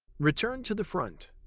return to the front.